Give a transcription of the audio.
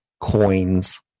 coins